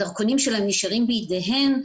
הדרכונים שלהן נשארים בידיהן.